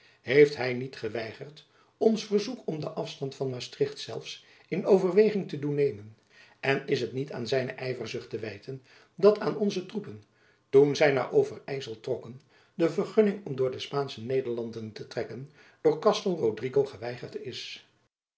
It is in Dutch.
heeft hy niet geweigerd ons verzoek om den afstand van maastricht zelfs in overweging te doen nemen en is het niet aan zijne yverzucht te wijten dat aan onze troepen toen zy naar overyssel trokken de vergunning om door de spaansche nederlanden te trekken door castel rodrigo geweigerd is